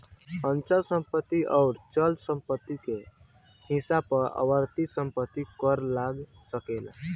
अचल संपत्ति अउर चल संपत्ति के कुछ हिस्सा पर आवर्ती संपत्ति कर लाग सकेला